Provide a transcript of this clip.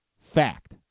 Fact